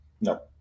No